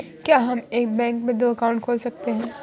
क्या हम एक बैंक में दो अकाउंट खोल सकते हैं?